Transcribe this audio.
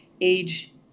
age